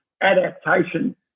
adaptation